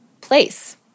place